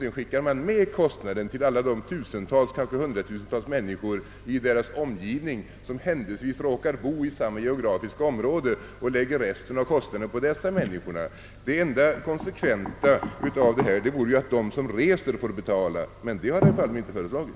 Sedan skickar man med kostnaden till de tusentals, ja kanske hundratusentals människor som råkar bo i samma geografiska område och lägger resten av kostnaderna på dem. Det enda konsekventa vore ju att de som reser får betala, men det har herr Palme inte föreslagit.